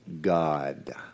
God